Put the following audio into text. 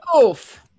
Oof